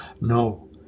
No